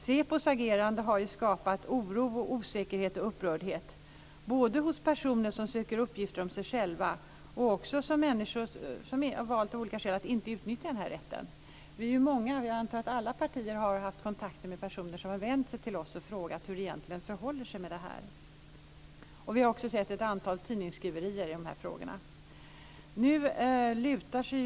SÄPO:s agerande har ju skapat oro, osäkerhet och upprördhet både hos personer som söker uppgifter om sig själva och också hos människor som av olika skäl har valt att inte utnyttja den här rätten. Jag antar att alla partier har haft kontakter med personer som har vänt sig till dem och frågat hur det egentligen förhåller sig med det här. Vi har också sett ett antal tidningsskriverier när det gäller de här frågorna.